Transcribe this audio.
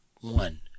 One